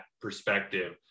perspective